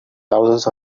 thousands